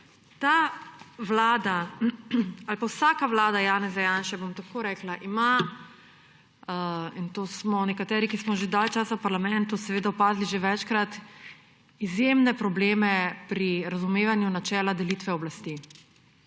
Ta vlada ali pa vsaka vlada Janeza Janše, bom tako rekla, ima – in to smo nekateri, ki smo že dalj časa v parlamentu, seveda opazili že večkrat – izjemne probleme pri razumevanju načela delitve oblasti,